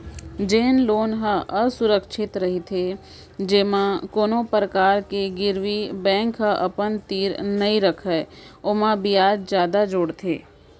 जेन लोन ह असुरक्छित रहिथे जेमा कोनो परकार के गिरवी बेंक ह अपन तीर नइ रखय ओमा बियाज जादा जोड़थे